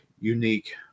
unique